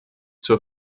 zur